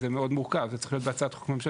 זה מאוד מורכב, זה צריך להיות בהצעת חוק ממשלתית.